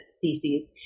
theses